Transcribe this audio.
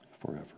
forever